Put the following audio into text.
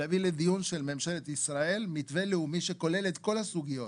להביא לדיון של ממשלת ישראל מתווה לאומי שכולל את כל הסוגיות